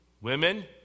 women